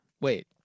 wait